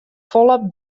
folle